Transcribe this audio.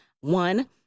one